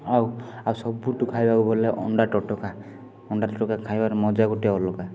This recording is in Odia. ଆଉ ଆଉ ସବୁଠୁ ଖାଇବାକୁ ଭଲ ଲାଗେ ଅଣ୍ଡା ଟୋଟକା ଅଣ୍ଡା ଟୋଟକା ଖାଇବାର ମଜା ଗୋଟେ ଅଲଗା